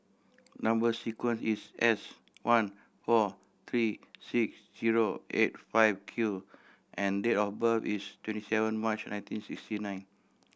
number sequence is S one four three six zero eight five Q and date of birth is twenty seven March nineteen sixty nine